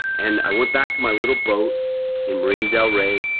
and i went back to my little boat in marina del rey,